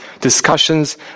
discussions